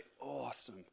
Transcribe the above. awesome